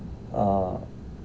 uh